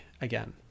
again